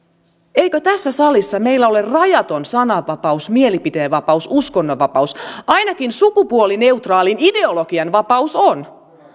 eikö tässä salissa meillä ole rajaton sananvapaus mielipiteenvapaus uskonnonvapaus ainakin sukupuolineutraalin ideologian vapaus on